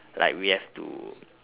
like we have to